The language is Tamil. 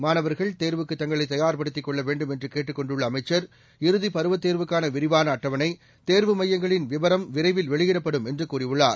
மாணவர்கள் தேர்வுக்கு தங்களை தயார்படுத்திக் கொள்ள வேண்டும் என்று கேட்டுக் கொண்டுள்ள அமைச்சர் இறுதி பருவத்தேர்வுக்கான விரிவான அட்டவணை தேர்வு மையங்களின் விவரம் விரைவில் வெளியிடப்படும் என்று கூறியுள்ளார்